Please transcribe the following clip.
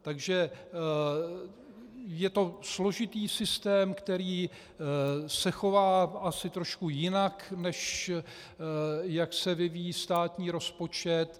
Takže je to složitý systém, který se chová asi trošku jinak, než jak se vyvíjí státní rozpočet.